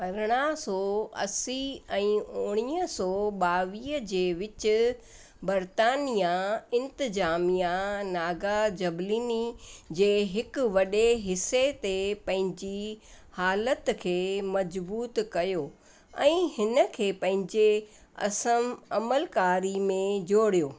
अरिड़हां सौ असी ऐं उणिवीह सौ ॿावीह जे विच बर्तानिया इंतज़ामिया नागा जबलनि जे हिकु वॾे हिसे ते पंहिंजी हालत खे मज़बूत कयो ऐं हिन खे पंहिंजे असम अमलकारी में जोड़ियो